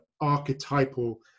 archetypal